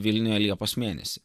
vilniuje liepos mėnesį